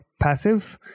passive